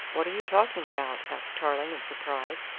what are you talking about? asked tarling in surprise.